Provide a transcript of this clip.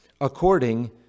according